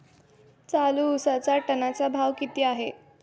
चालू उसाचा टनाचा भाव किती आहे?